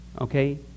okay